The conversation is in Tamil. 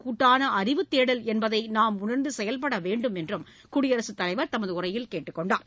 கூட்டான அறிவுதேடல் என்பதை நாம் உணரந்து செயல்பட வேண்டும் என்று சூடியரசுத் தலைவர் தமது உரையில்கேட்டுக் கொண்டார்